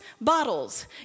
bottles